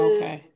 Okay